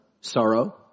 Sorrow